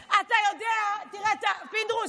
פינדרוס,